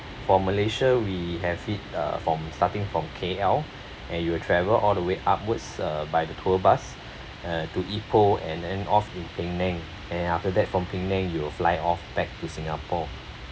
for malaysia we have it uh from starting from KL where you will travel all the way upwards uh by the tour bus uh to ipoh and then off in penang and after that from penang you will fly off back to singapore